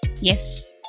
yes